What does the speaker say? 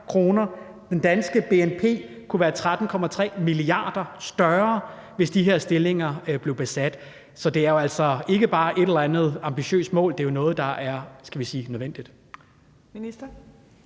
Den danske bnp kunne være 13,3 mia. kr. større, hvis de her stillinger blev besat. Så det er jo altså ikke bare et eller andet ambitiøst mål; det er jo noget, der er, skal vi sige